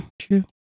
true